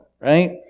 Right